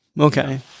Okay